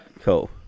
Cool